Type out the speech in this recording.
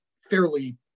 fairly